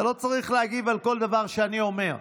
אתה לא צריך להגיב על כל דבר שאני אומר.